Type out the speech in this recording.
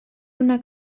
una